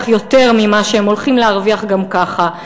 יותר ממה שהם הולכים להרוויח גם ככה,